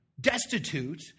destitute